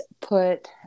put